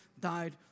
died